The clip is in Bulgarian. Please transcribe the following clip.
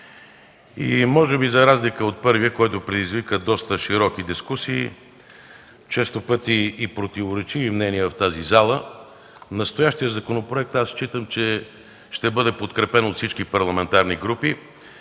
И може би за разлика от първия, който предизвика доста широки дискусии, често пъти и противоречиви мнения в тази зала, настоящият законопроект аз считам, че ще бъде подкрепен от всички парламентарни групи.